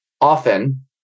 often